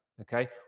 okay